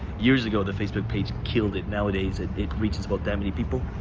years ago the facebook page killed it, nowadays it it reaches about that many people.